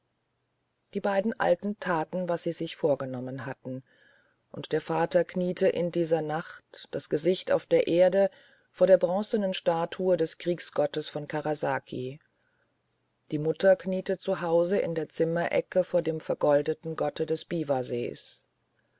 die beiden alten taten was sie sich vorgenommen hatten und der vater kniete in dieser nacht das gesicht auf der erde vor der bronzenen statue des kriegsgottes von karasaki die mutter kniete zu hause in der zimmerecke vor dem vergoldeten gotte des biwasees